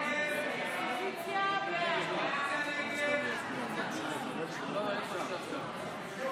הצעת סיעת המחנה הממלכתי להביע אי-אמון בממשלה לא נתקבלה.